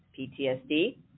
PTSD